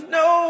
no